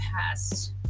past